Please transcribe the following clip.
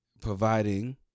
Providing